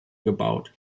gebaut